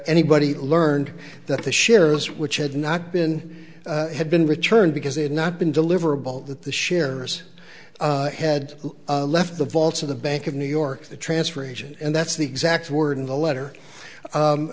anybody learned that the shares which had not been had been returned because they had not been deliverable that the shares had left the vaults of the bank of new york the transfer agent and that's the exact word in the letter